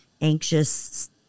anxious